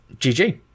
gg